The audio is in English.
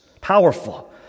Powerful